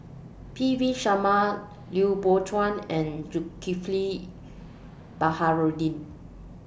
P V Sharma Lui Pao Chuen and Zulkifli Baharudin